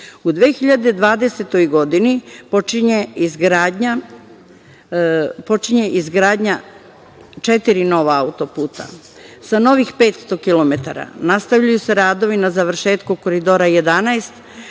U 2020. godini počinje izgradnja četiri nova autoputa sa novih 500 kilometara, nastavljaju se radovi na završetku Koridora 11,